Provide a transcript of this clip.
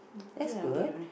that's good